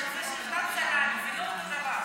זה לא אותו דבר.